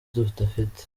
tudafite